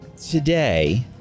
today